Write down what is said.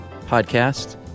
podcast